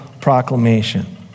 proclamation